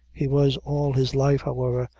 he was all his life, however,